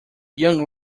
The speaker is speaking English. young